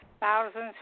thousands